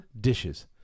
dishes